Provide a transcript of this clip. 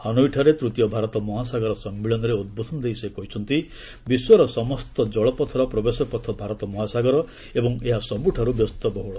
ହାନୁଇଠାରେ ତୃତୀୟ ଭାରତ ମହାସାଗର ସମ୍ମିଳନୀରେ ଉଦ୍ବୋଧନ ଦେଇ ସେ କହିଛନ୍ତି ଯେ ବିଶ୍ୱର ସମସ୍ତ ଜଳପଥର ପ୍ରବେଶପଥ ଭାରତ ମହାସାଗର ଏବଂ ଏହା ସବୁଠାରୁ ବ୍ୟସ୍ତବହୁଳ